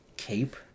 cape